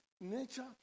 nature